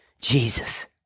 Jesus